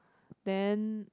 then